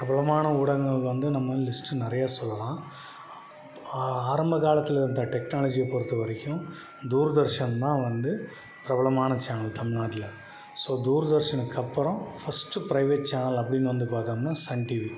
பிரபலமான ஊடகங்கள் வந்து நம்ம வந்து லிஸ்ட்டு நிறைய சொல்லலாம் ஆ ஆரம்ப காலத்தில் இருந்த டெக்னாலஜியை பொறுத்தவரைக்கும் தூர்தர்ஷன் தான் வந்து பிரபலமான சேனல் தமிழ் நாட்டில் ஸோ தூர்தர்ஷனுக்கு அப்புறம் ஃபஸ்ட்டு ப்ரைவேட் சேனல் அப்படின்னு வந்து பார்த்தோம்னா சன் டிவி